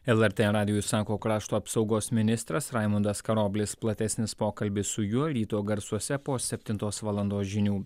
lrt radijui sako krašto apsaugos ministras raimundas karoblis platesnis pokalbis su juo ryto garsuose po septintos valandos žinių